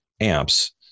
amps